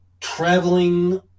traveling –